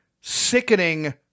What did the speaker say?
sickening